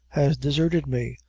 has deserted me.